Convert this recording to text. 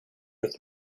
with